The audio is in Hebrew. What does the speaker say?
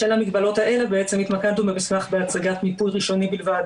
בשל המגבלות האלה התמקדנו במסמך בהצגת מיפוי ראשוני בלבד